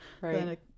Right